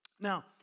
Now